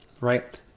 right